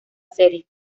serie